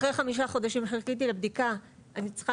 אחרי חמישה חודשים שחיכיתי לבדיקה אני צריכה